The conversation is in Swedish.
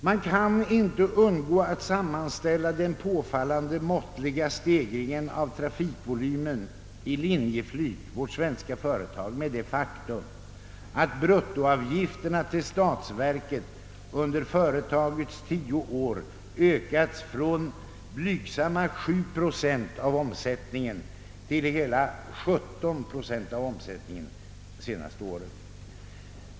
Man kan inte undgå att sammanställa den påfallande måttliga stegringen av trafikvolymen hos Linjeflyg, vårt svenska företag, med det faktum att bruttoavgifterna till statsverket under företagets tio år ökats från blygsamma 7 procent av omsättningen till hela 17 procent senaste år.